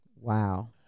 Wow